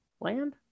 land